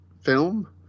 film